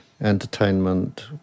entertainment